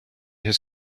his